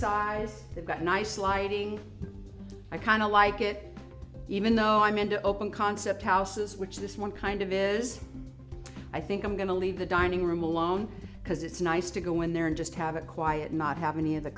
size they've got nice lighting i kind of like it even though i'm into open concept houses which this one kind of is i think i'm going to leave the dining room alone because it's nice to go in there and just have a quiet not have any of the